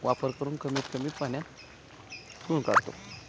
वापर करून कमीत कमी पाण्यात धुऊन काढतो